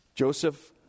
Joseph